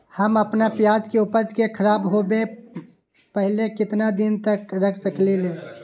हम अपना प्याज के ऊपज के खराब होबे पहले कितना दिन तक रख सकीं ले?